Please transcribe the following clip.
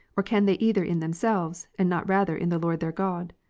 or can they either in themselves, and not rather in the lord their god?